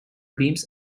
beams